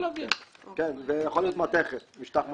נכון, יכול להיות משטח מתכת.